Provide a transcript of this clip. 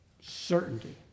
Certainty